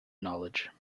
knowledge